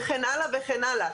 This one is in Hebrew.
וכן הלאה וכן הלאה.